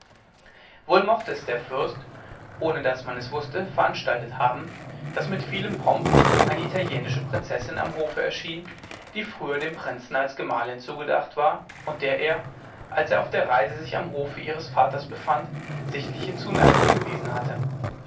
wohl mochte es der fürst ohne daß man es wußte veranstaltet haben daß mit vielem pomp eine italienische prinzessin am hofe erschien die früher dem prinzen als gemahlin zugedacht war und der er als er auf der reise sich am hofe ihres vaters befand sichtliche zuneigung bewiesen hatte